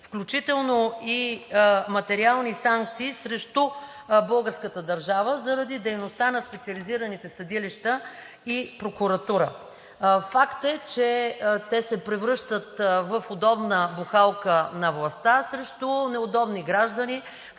включително и материални санкции срещу българската държава заради дейността на специализираните съдилища и прокуратура. Факт е, че те се превръщат в удобна бухалка на властта срещу неудобни граждани,